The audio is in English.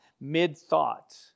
mid-thought